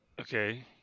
Okay